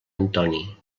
antoni